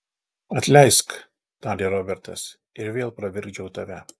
atleisk tarė robertas ir vėl pravirkdžiau tave